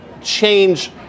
change